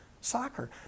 soccer